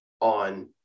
on